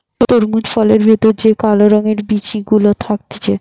তরমুজ ফলের ভেতর যে কালো রঙের বিচি গুলা থাকতিছে